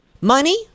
money